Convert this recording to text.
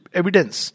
evidence